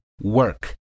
work